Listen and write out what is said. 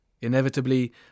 Inevitably